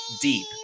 deep